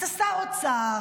אתה שר אוצר,